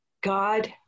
God